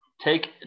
take